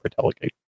delegate